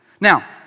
Now